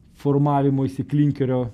formavimuisi klinkerio